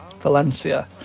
Valencia